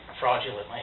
fraudulently